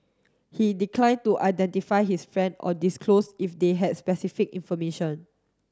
he declined to identify his friend or disclose if they had specific information